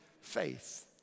faith